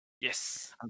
Yes